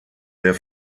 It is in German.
der